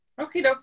Okay